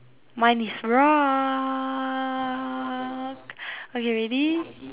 mine is rock okay ready